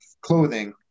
clothing